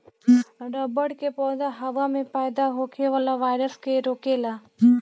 रबड़ के पौधा हवा में पैदा होखे वाला वायरस के रोकेला